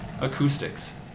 acoustics